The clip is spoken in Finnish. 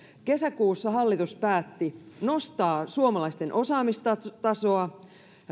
kesäkuussa hallitus päätti nostaa suomalaisten osaamistasoa